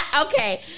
Okay